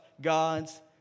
God's